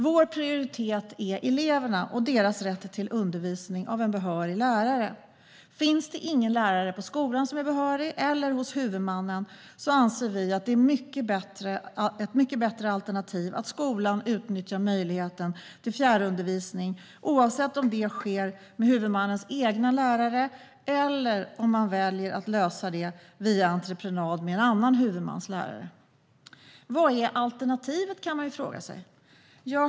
Vår prioritet är eleverna och deras rätt till undervisning av en behörig lärare. Om det inte finns någon lärare på skolan som är behörig eller hos huvudmannen anser vi att det är ett bra alternativ att skolan utnyttjar möjligheten till fjärrundervisning, oavsett om det sker med huvudmannens egna lärare eller om man väljer att lösa det via entreprenad med en annan huvudmans lärare. Vad är alternativet? kan man fråga sig.